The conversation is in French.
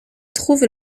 trouve